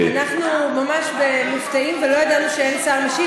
אנחנו ממש מופתעים ולא ידענו שאין שר משיב.